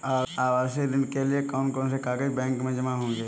आवासीय ऋण के लिए कौन कौन से कागज बैंक में जमा होंगे?